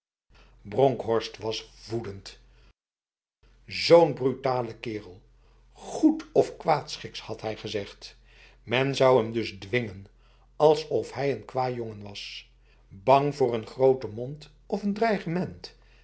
bronkhorst was woedend zo'n brutale kerel goed of kwaadschiks had hij gezegd men zou hem dus dwingen alsof hij n kwajongen was bang voor een grote mond of n